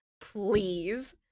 Please